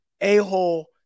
a-hole